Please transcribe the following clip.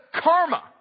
karma